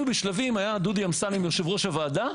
דודי אמסלם היה יושב ראש הוועדה,